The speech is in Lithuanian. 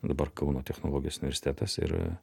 dabar kauno technologijos universitetas ir